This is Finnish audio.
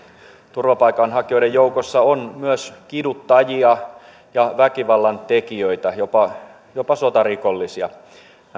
turvapaikanhakijoiden joukossa on myös kiduttajia ja väkivallantekijöitä jopa jopa sotarikollisia